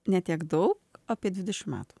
ne tiek daug apie dvidešim metų